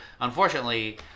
unfortunately